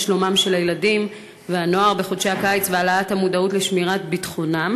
שלומם של הילדים והנוער בחודשי הקיץ ואת העלאת המודעות לשמירת ביטחונם?